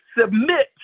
submit